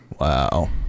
wow